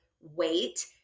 wait